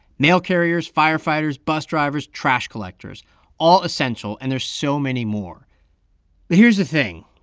mail carriers, firefighters, bus drivers, trash collectors all essential. and there's so many more but here's the thing.